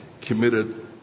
committed